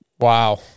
Wow